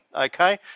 okay